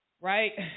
right